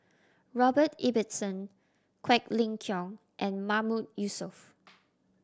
Robert Ibbetson Quek Ling Kiong and Mahmood Yusof